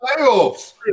playoffs